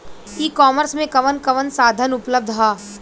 ई कॉमर्स में कवन कवन साधन उपलब्ध ह?